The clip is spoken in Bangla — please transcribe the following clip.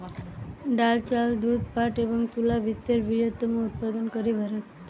ডাল, চাল, দুধ, পাট এবং তুলা বিশ্বের বৃহত্তম উৎপাদনকারী ভারত